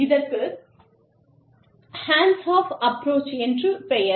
இதற்கு hands off approach என்று பெயர்